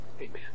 Amen